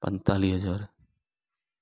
पंतालीह हज़ार